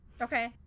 okay